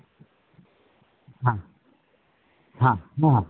হ্যাঁ হ্যাঁ হ্যাঁ